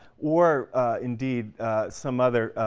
or indeed some other,